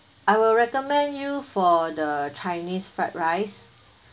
I will recommend you for the chinese fried rice